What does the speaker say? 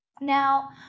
Now